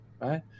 right